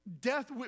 Death